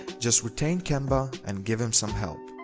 just retain kemba and give him some help.